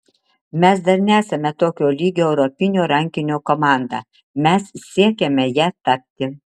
mes dar nesame tokio lygio europinio rankinio komanda mes siekiame ja tapti